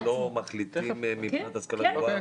למה מבחינתך הם לא מחליטים מבחינת המועצה להשכלה גבוהה?